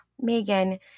Megan